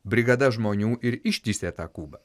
brigada žmonių ir ištįsė tą kubą